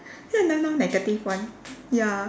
ya then now negative one ya